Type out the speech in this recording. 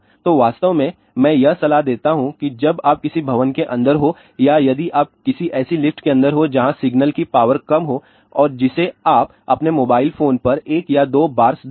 तो वास्तव में मैं यह सलाह देता हूं कि जब आप किसी भवन के अंदर हों या यदि आप किसी ऐसी लिफ्ट के अंदर हों जहां सिग्नल की पावर कम हो और जिसे आप अपने मोबाइल फोन पर एक या दो बार्स देखें